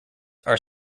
are